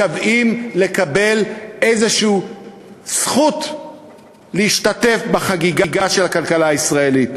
משוועים לקבל זכות כלשהי להשתתף בחגיגה של הכלכלה הישראלית.